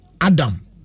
Adam